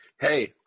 Hey